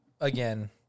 again